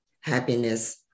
happiness